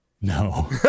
no